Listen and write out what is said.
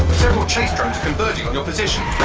several chase drones converging on your position.